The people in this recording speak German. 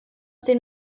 den